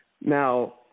Now